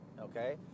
okay